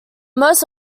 most